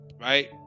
right